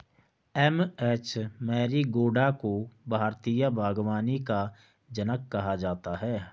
M H Marigowda को भारतीय बागवानी का जनक कहा जाता है